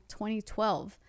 2012